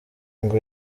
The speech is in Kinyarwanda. ngo